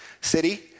city